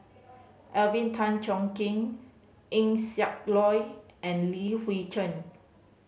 Alvin Tan Cheong Kheng Eng Siak Loy and Li Hui Cheng